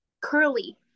Curly